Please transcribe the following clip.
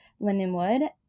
lindenwood